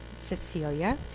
Cecilia